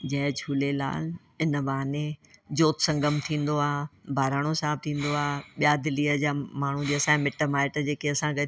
जय झूलेलाल इन बहाने जोत संगम थींदो आहे ॿहराणो साहिबु थींदो आहे ॿिया दिल्लीअ जी माण्हू जंहिंसां मिटु माइटु जेके असां गॾु